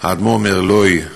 האדמו"ר מערלוי,